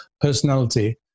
personality